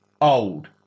old